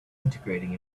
integrating